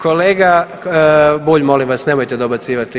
Kolega Bulj molim vas nemojte dobacivati.